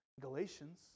Galatians